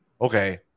Okay